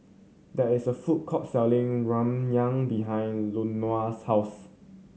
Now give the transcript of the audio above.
there is a food court selling Ramyeon behind Louanna's house